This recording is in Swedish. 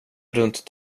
runt